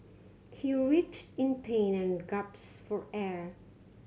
he writhed in pain and gasped for air